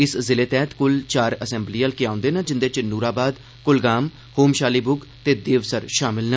इस जिले तैह्त कुल चार असैम्बली हलके औंदे न जिंदे नूराबाद कुलगाम होम शालीबुग ते देवसर शामिल न